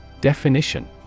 Definition